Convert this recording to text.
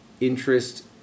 interest